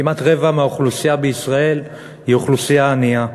כמעט רבע מהאוכלוסייה בישראל הוא אוכלוסייה ענייה.